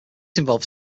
involved